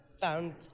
found